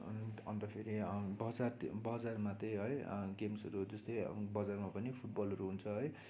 अन्त फेरि बजार बजारमा त है गेम्सहरू जस्तो बजारमा पनि फुटबलहरू हुन्छ है